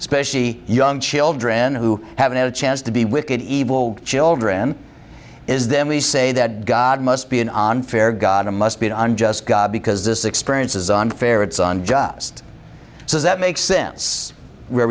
especially young children who haven't had a chance to be wicked evil children is then we say that god must be an unfair god it must be unjust because this experience is unfair it's on just so that makes sense where